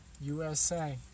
USA